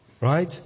Right